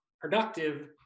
productive